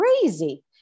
crazy